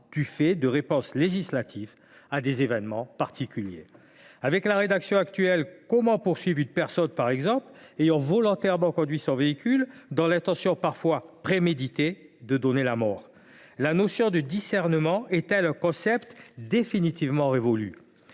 résultant de « réponses législatives à des événements particuliers ». Avec la rédaction actuelle, comment poursuivre une personne ayant volontairement conduit son véhicule dans l’intention préméditée de donner la mort ? La notion de discernement est elle un concept définitivement révolu ?